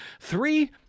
Three